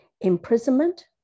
imprisonment